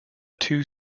two